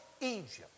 Egypt